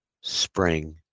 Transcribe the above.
spring